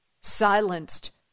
silenced